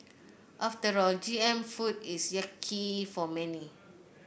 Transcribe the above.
after all G M food is yucky for many